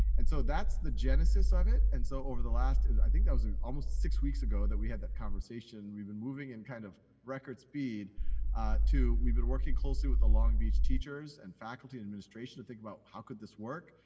and so that's the genesis of it. and so over the last, i think that was almost six weeks ago, that we had that conversation, we've been moving in kind of record speed to, we've been working closely with the long beach teachers and faculty administration to think about how could this work,